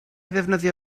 ddefnyddio